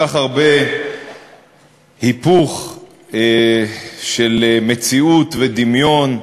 היפוך של מציאות ודמיון,